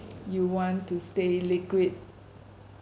you want to stay liquid